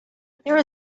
there